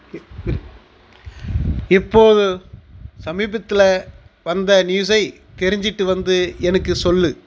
இப் இப் இப்போது சமீபத்தில் வந்த நியூஸை தெரிஞ்சிகிட்டு வந்து எனக்கு சொல்